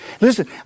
Listen